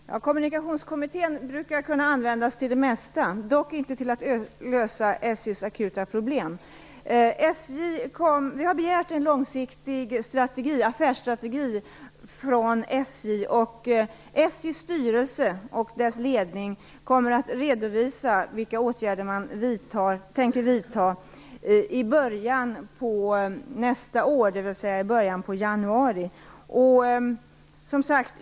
Fru talman! Kommunikationskommittén brukar kunna användas till det mesta, dock inte till att lösa SJ:s akuta problem. Vi har begärt en långsiktig affärsstrategi från SJ. SJ:s styrelse och dess ledning kommer att redovisa vilka åtgärder man tänker vidta i början av nästa år, dvs. i början av januari.